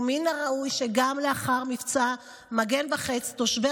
ומן הראוי שגם לאחר מבצע מגן וחץ תושבי